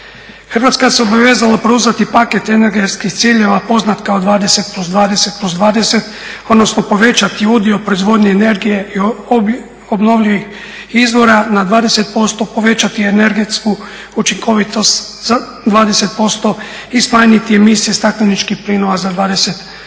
Hrvatska se obvezala preuzeti paket energetskih ciljeva poznat kao 20+20+20 odnosno povećati udio proizvodnje energije i obnovljivih izvora na 20% povećati energetsku učinkovitost za 20% i smanjiti emisije stakleničkih plinova za 20%,